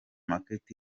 market